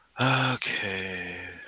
Okay